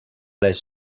les